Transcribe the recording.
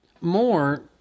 more